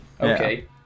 Okay